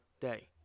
day